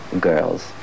girls